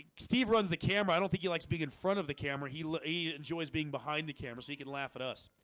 steve runs the camera. i don't think he likes being in front of the camera he like enjoys being behind the camera so he can laugh at us.